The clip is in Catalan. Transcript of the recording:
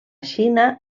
xina